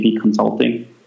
consulting